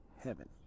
heaven